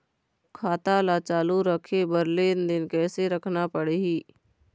खाता ला चालू रखे बर लेनदेन कैसे रखना पड़ही?